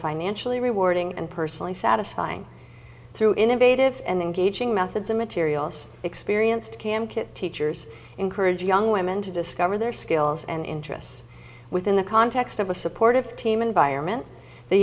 financially rewarding and personally satisfying through innovative and engaging methods and materials experienced cam kit teachers encourage young women to discover their skills and interests within the context of a supportive team environment th